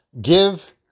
give